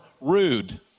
rude